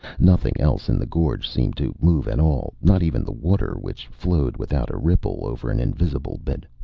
nothing else in the gorge seemed to move at all, not even the water, which flowed without a ripple over an invisible bed.